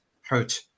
hurt